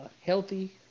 healthy